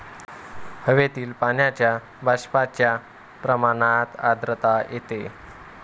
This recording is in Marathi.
हवेतील पाण्याच्या बाष्पाच्या प्रमाणात आर्द्रता येते